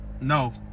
No